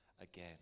again